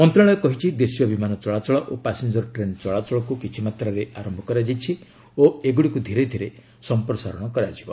ମନ୍ତ୍ରଣାଳୟ କହିଛି ଦେଶୀୟ ବିମାନ ଚଳାଚଳ ଓ ପାସେଞ୍ଜର ଟ୍ରେନ୍ ଚଳାଚଳକୁ କିଛିମାତ୍ରାରେ ଆରମ୍ଭ କରାଯାଇଛି ଓ ଏଗୁଡ଼ିକୁ ଧୀରେଧୀରେ ସଂପ୍ରସାରଣ କରାଯିବ